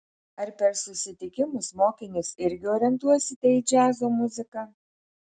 ar per susitikimus mokinius irgi orientuosite į džiazo muziką